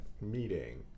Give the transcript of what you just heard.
meeting